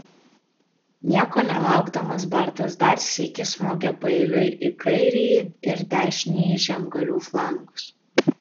nieko nelaukdamas bartas dar sykį smogė paeiliui į kairįjį ir dešinįjį žemgalių flangus